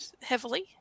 heavily